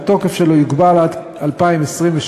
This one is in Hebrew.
שהתוקף שלו יוגבל עד 2023,